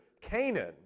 Canaan